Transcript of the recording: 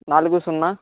నాలుగు సున్నా